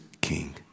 king